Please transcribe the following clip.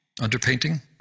Underpainting